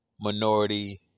minority